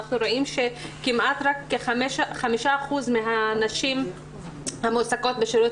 אנחנו רואים שכמעט רק כ-5% מהנשים המועסקות בשירות